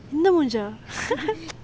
இந்த மூஞ்ச:intha munja